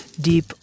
deep